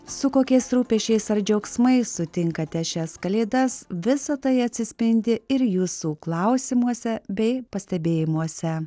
su kokiais rūpesčiais ar džiaugsmais sutinkate šias kalėdas visa tai atsispindi ir jūsų klausimuose bei pastebėjimuose